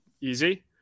easy